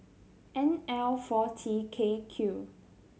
N L four T K Q